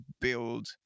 build